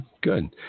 good